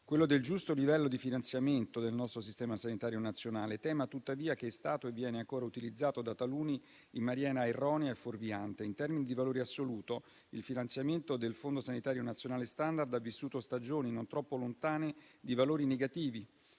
quello del giusto livello di finanziamento del nostro Sistema sanitario nazionale, tema tuttavia che è stato e viene ancora utilizzato da taluni in maniera erronea e fuorviante. In termini di valore assoluto, il finanziamento del fondo sanitario nazionale *standard* ha vissuto stagioni non troppo lontane di valori negativi